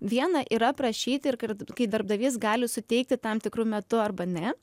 viena yra prašyti ir kai darbdavys gali suteikti tam tikru metu arba ne